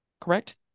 correct